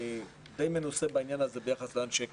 אני די מנוסה בעניין הזה בעניין אנשי קבע.